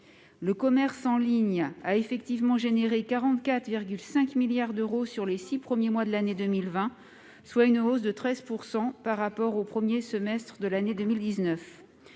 Le commerce en ligne a généré 44,5 milliards d'euros sur les six premiers mois de l'année 2020, soit une hausse de 13 % par rapport au premier semestre de l'année 2019.